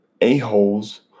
a-holes